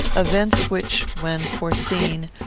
events which, when foreseen,